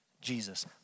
Jesus